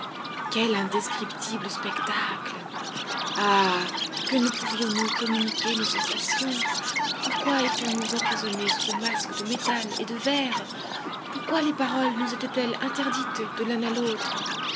quel indescriptible spectacle ah que ne pouvions-nous communiquer nos sensations pourquoi étions-nous emprisonnés sous ce masque de métal et de verre pourquoi les paroles nous étaient-elles interdites de l'un à l'autre